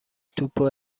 توپو